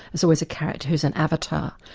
there's always a character who's an avatar,